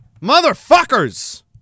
Motherfuckers